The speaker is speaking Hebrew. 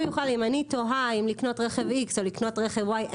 הוא יוכל אם אני תוהה אם לקנות רכב X או לקנות רכב Y,